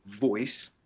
voice